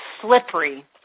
slippery